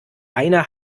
eine